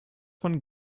von